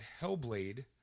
Hellblade